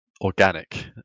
organic